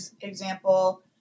example